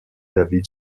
david